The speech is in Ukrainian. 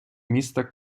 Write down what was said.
міста